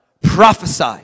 Prophesy